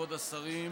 כבוד השרים,